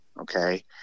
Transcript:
Okay